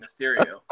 Mysterio